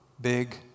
big